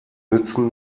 nützen